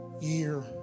year